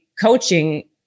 coaching